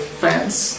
fans